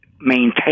maintain